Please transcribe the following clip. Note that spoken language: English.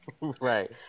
Right